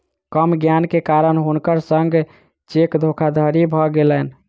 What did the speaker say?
कम ज्ञान के कारण हुनकर संग चेक धोखादड़ी भ गेलैन